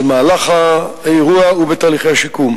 במהלך האירוע ובתהליכי השיקום.